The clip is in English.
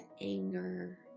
anger